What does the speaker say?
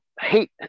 hate